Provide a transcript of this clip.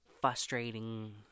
frustrating